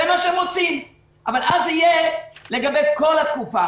זה מה שהם רוצים, אבל אז זה יהיה לגבי כל התקופה.